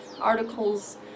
articles